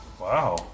Wow